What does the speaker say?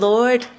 Lord